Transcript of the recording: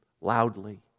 loudly